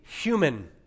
human